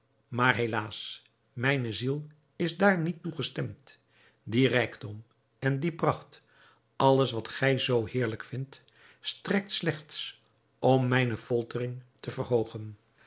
maar helaas mijne ziel is daar niet toe gestemd die rijkdom en die pracht alles wat gij zoo heerlijk vindt strekt slechts om mijne foltering te verhoogen